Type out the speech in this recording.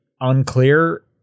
unclear